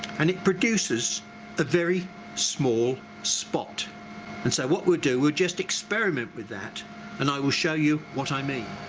and it produces a very small spot and so what we'll do we'll just experiment with that and i will show you what i mean.